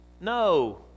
no